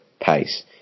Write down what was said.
pace